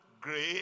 great